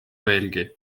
veelgi